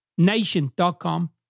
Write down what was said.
nation.com